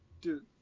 Dude